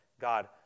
God